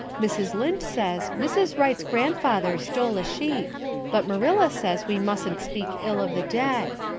mrs. lynde says mrs. wrights grandfather stole a sheep but marilla says we mustent speak ill of the dead.